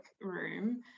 room